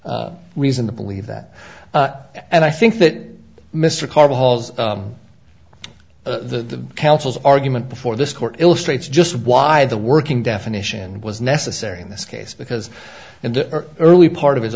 reason to believe that and i think that mr karr was the counsel's argument before this court illustrates just why the working definition was necessary in this case because in the early part of his